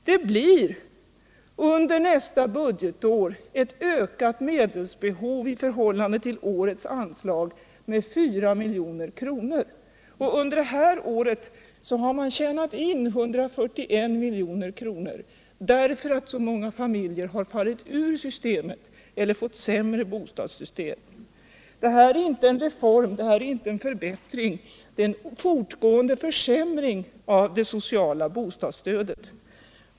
Det blir under nästa budgetår ett ökat medelsbehov i förhållande till årets anslag med 4 milj.kr. Under det här året har man tjänat in 141 milj.kr. därför att så många familjer har fallit ur systemet eller fått sämre bostadssystem. Det här är inte en reform, det här är inte en förbättring — der är en fortgående försämring av det sociala bostadsstödet.